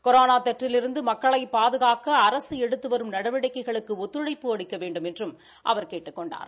corona தொற்றிலிருந்து மக்களை பாதுகாக்க அரசு எடுத்து வரும் நடவடிக்கைகளுக்கு ஒத்துழைப்பு அளிக்க வேண்டுமென்றும் அவர் கேட்டுக் கொண்டார்